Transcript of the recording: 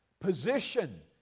Position